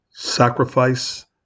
Sacrifice